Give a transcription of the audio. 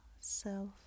self